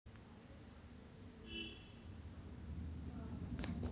खजूरमध्ये फायबरचे प्रमाण जास्त असते